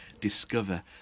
discover